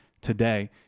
today